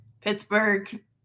Pittsburgh